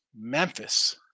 Memphis